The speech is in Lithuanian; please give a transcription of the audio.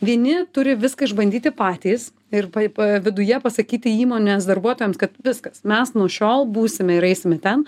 vieni turi viską išbandyti patys ir pa pa pa viduje pasakyti įmonės darbuotojams kad viskas mes nuo šiol būsime ir eisime ten